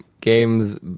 games